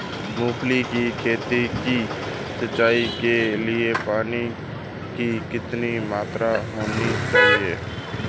मूंगफली की खेती की सिंचाई के लिए पानी की कितनी मात्रा होनी चाहिए?